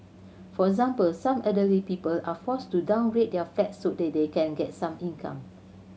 for example some elderly people are forced to downgrade their flats so that they can get some income